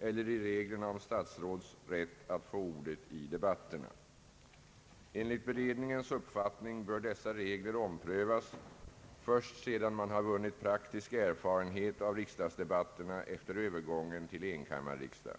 eller i reglerna om statsråds rätt att få ordet i debatterna, Enligt beredningens uppfattning bör dessa regler omprövas först sedan man har vunnit praktisk erfarenhet av riksdagsdebatterna efter övergången till enkammarriksdag.